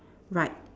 right